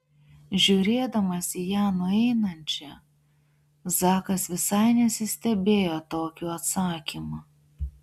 žiūrėdamas į ją nueinančią zakas visai nesistebėjo tokiu atsakymu